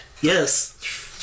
Yes